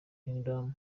kingdom